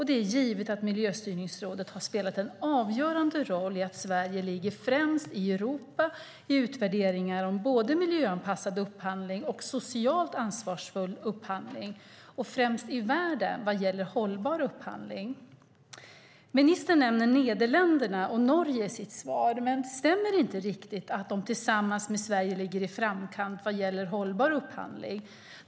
Det är givet att Miljöstyrningsrådet har spelat en avgörande roll i att Sverige ligger främst i Europa i utvärderingar av både miljöanpassad upphandling och socialt ansvarsfull upphandling och främst i världen vad gäller hållbar upphandling. Ministern nämner Nederländerna och Norge i sitt svar, men det stämmer inte riktigt att de tillsammans med Sverige ligger i framkant vad gäller hållbar upphandling.